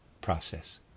process